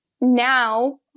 now